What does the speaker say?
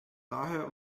daher